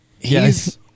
Yes